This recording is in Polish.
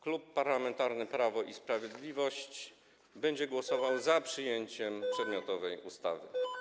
Klub Parlamentarny Prawo i Sprawiedliwość będzie głosował za przyjęciem przedmiotowej ustawy.